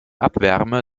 abwärme